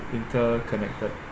interconnected